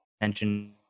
attention